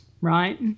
right